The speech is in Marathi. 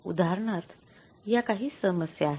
उदाहरणार्थ या काही समस्या आहेत